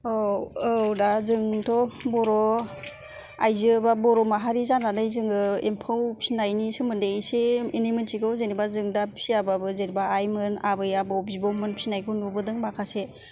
अ औ दा जोंथ' बर' आइजो बा बर' माहारि जानानै जोङो एम्फौ फिसिनायनि सोमोन्दै एसे एनै मिथिगौ जेनेबा जों दा फिसियाबाबो जेनेबा आइमोन आबै आबौ बिब'मोन फिसिनायखौ नुबोदों माखासे